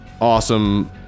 Awesome